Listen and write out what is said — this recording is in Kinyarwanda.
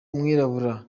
umwirabura